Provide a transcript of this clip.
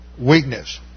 weakness